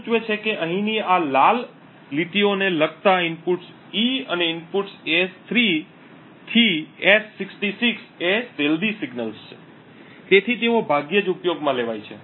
આ સૂચવે છે કે અહીંની આ લાલ લીટીઓને લગતા ઇનપુટ્સ E અને ઇનપુટ્સ S3 થી S66 એ stealthy સિગ્નલ છે તેથી તેઓ ભાગ્યે જ ઉપયોગમાં લેવાય છે